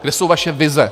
Kde jsou vaše vize?